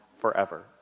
forever